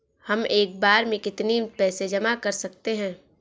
हम एक बार में कितनी पैसे जमा कर सकते हैं?